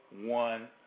one